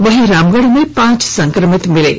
वहीं रामगढ़ में पांच संक्रमित मिले हैं